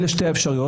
אלה שתי האפשרויות.